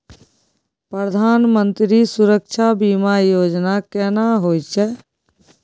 प्रधानमंत्री सुरक्षा बीमा योजना केना होय छै?